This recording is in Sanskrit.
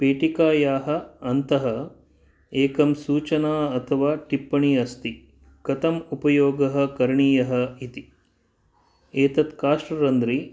पेटिकायाः अन्तः एकं सूचना अथवा टिप्पणी अस्ति कथम् उपयोगः करणीयः इति एतत् काष्ठरन्ध्रि